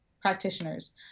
practitioners